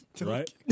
right